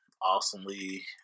Awesomely